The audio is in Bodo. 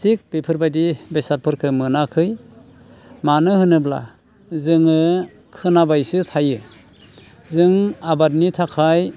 थिग बेफोरबायदि बेसादफोरखो मोनाखै मानो होनोब्ला जोङो खोनाबायसो थायो जों आबादनि थाखाय